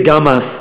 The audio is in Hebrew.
זה גם מס.